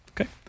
Okay